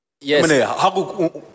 Yes